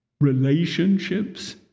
Relationships